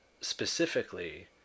specifically